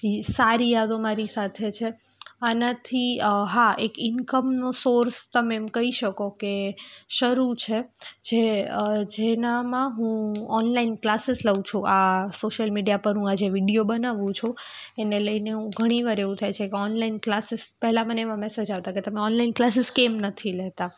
સારી યાદો મારી સાથે છે આનાથી હા એક ઇન્કમનો સોર્સ તમે એમ કહી શકો કે શરૂ છે જે જેનામાં હું ઓનલાઈન ક્લાસીસ લઉં છું આ સોશિયલ મીડિયા પર હું આ જે વીડિયો બનાવું છું એને લઈને હું ઘણીવાર એવું થાય છે કે ઓનલાઈન ક્લાસીસ પહેલાં મને એમાં મેસેજ આવતા કે તમે ઓનલાઈન ક્લાસીસ કેમ નથી લેતાં